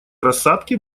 рассадки